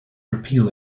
repeal